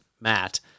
Matt